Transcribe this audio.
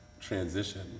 transition